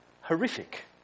Horrific